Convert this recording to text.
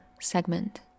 segment